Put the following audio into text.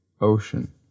ocean